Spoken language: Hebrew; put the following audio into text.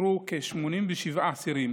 אותרו כ-87 אסירים